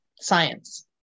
Science